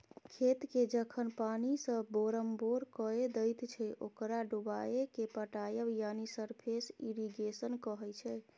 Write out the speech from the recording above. खेतकेँ जखन पानिसँ बोरमबोर कए दैत छै ओकरा डुबाएकेँ पटाएब यानी सरफेस इरिगेशन कहय छै